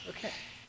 Okay